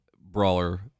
brawler